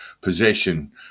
possession